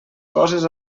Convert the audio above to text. coses